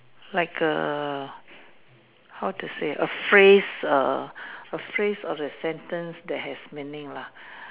like a how to say a phrase err a phrase or a sentence that has meaning lah